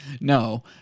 No